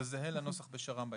זה זהה לנוסח בשר"מ.